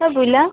sir बोला